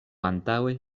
antaŭe